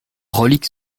reliques